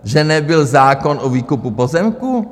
Že nebyl zákon o výkupu pozemků?